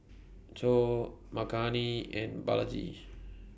Choor Makineni and Balaji